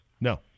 No